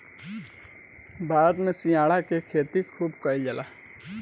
भारत में सिंघाड़ा के खेती खूब कईल जाला